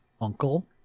uncle